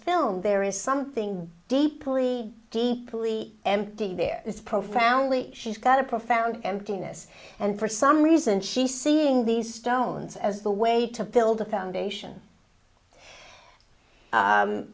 film there is something deeply deeply empty there this profoundly she's got a profound emptiness and for some reason she's seeing these stones as the way to build a foundation